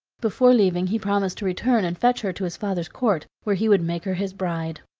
before leaving he promised to return and fetch her to his father's court, where he would make her his bride.